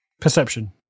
perception